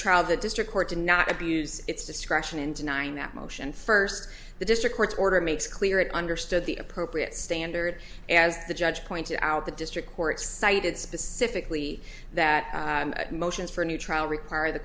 trial the district court to not abuse its discretion in denying that motion first the district court's order makes clear it understood the appropriate standard as the judge pointed out the district court cited specifically that motions for a new trial require the